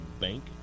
bank